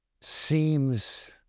seems